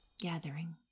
gathering